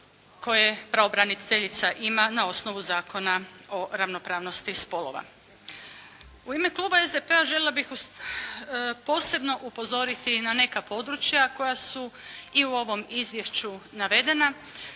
koje pravobraniteljica ima na osnovu Zakona o ravnopravnosti spolova. U ime Kluba SDP-a željela bih posebno upozoriti na neka područja koja su i u ovom izvješću navedena,